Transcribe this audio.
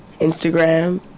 Instagram